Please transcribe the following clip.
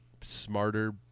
smarter